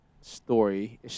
story